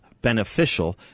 beneficial